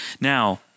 now